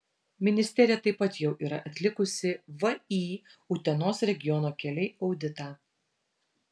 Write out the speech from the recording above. ministerija taip pat jau yra atlikusi vį utenos regiono keliai auditą